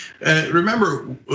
remember